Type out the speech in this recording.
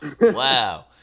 Wow